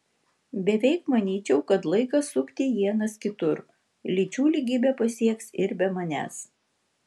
beveik manyčiau kad laikas sukti ienas kitur lyčių lygybę pasieks ir be manęs